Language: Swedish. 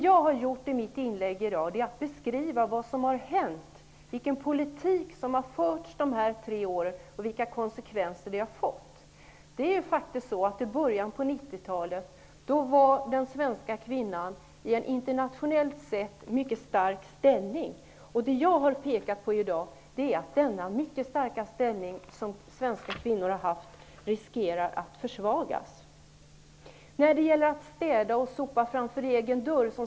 Jag har i mitt inlägg beskrivit vad som har hänt, vilken politik som har förts under dessa tre år och vilka konsekvenser den har fått. I början av 90-talet var den svenska kvinnan internationellt sett i en mycket stark ställning. Jag har pekat på att denna mycket starka ställning som svenska kvinnor har haft riskerar att försvagas.